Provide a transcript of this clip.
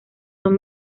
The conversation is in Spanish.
son